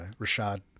Rashad